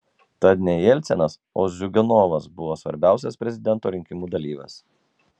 tad ne jelcinas o ziuganovas buvo svarbiausias prezidento rinkimų dalyvis